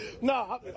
No